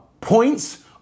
points